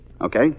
Okay